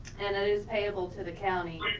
and that is payable to the county,